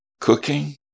cooking